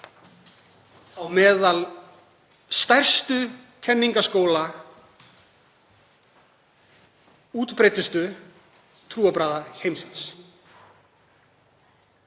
á meðal stærstu kenningaskóla útbreiddustu trúarbragða heimsins.